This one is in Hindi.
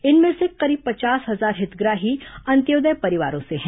इनमें से करीब पचास हजार हितग्राही अंत्योदय परिवारों से हैं